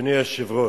אדוני היושב-ראש,